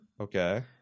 Okay